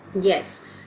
Yes